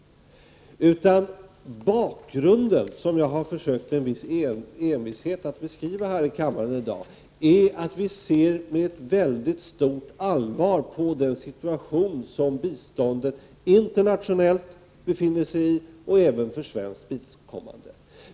Bakgrunden, som jag med viss envishet har försökt att beskriva här i kammaren i dag, är att vi ser med stort allvar på den situation biståndet internationellt och även för svenskt vidkommande befinner sig i.